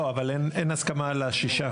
לא, אבל אין הסכמה על השישה.